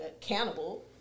cannibal